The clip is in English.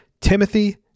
Timothy